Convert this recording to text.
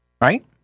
right